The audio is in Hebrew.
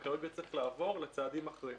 וכרגע צריך לעבור לצעדים אחרים?